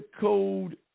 code